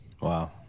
Wow